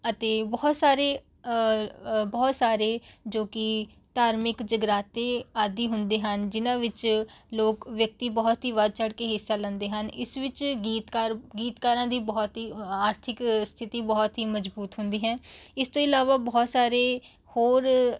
ਅਤੇ ਬਹੁਤ ਸਾਰੇ ਬਹੁਤ ਸਾਰੇ ਜੋ ਕਿ ਧਾਰਮਿਕ ਜਗਰਾਤੇ ਆਦਿ ਹੁੰਦੇ ਹਨ ਜਿਹਨਾਂ ਵਿੱਚ ਲੋਕ ਵਿਅਕਤੀ ਬਹੁਤ ਹੀ ਵੱਧ ਚੜ ਕੇ ਹਿੱਸਾ ਲੈਂਦੇ ਹਨ ਇਸ ਵਿੱਚ ਗੀਤਕਾਰ ਗੀਤਕਾਰਾਂ ਦੀ ਬਹੁਤ ਹੀ ਆਰਥਿਕ ਸਥਿਤੀ ਬਹੁਤ ਹੀ ਮਜ਼ਬੂਤ ਹੁੰਦੀ ਹੈ ਇਸ ਤੋਂ ਇਲਾਵਾ ਬਹੁਤ ਸਾਰੇ ਹੋਰ